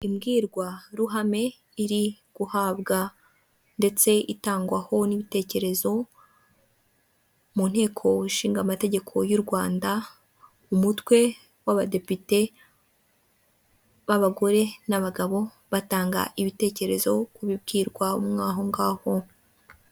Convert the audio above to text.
Imbwirwaruhame iri guhabwa ndetse itangwaho n'ibitekerezo, mu nteko ishinga amategeko y'u Rwanda, umutwe w'abadepite b'abagore n'abagabo, batanga ibitekerezo ku bibwirwa mo ahongaho.